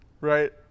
Right